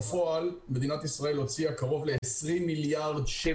בפועל, מדינת ישראל הוציאה קרוב ל-20 מיליארד שקל